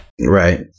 Right